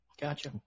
gotcha